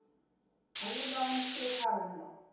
are your lines still parallel,